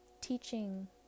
teaching